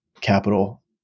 capital